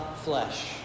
flesh